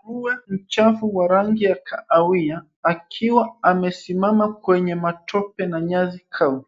Nguruwe mchafu wa rangi ya kahawia akiwa amesimama kwenye matope na nyasi kavu.